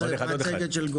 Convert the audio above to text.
מצגת)